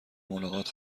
ملاقات